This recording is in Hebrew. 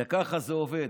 וככה זה עובד.